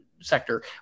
sector